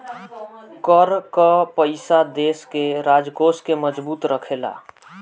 कर कअ पईसा देस के राजकोष के मजबूत रखेला